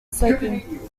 sleeping